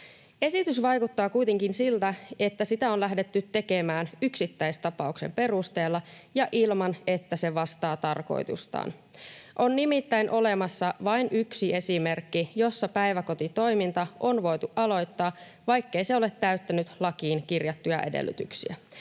Esitys vaikuttaa kuitenkin siltä, että sitä on lähdetty tekemään yksittäistapauksen perusteella ja ilman, että se vastaa tarkoitustaan. On nimittäin olemassa vain yksi esimerkki, jossa päiväkotitoiminta on voitu aloittaa, vaikkei se ole täyttänyt lakiin kirjattuja edellytyksiä